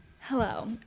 Hello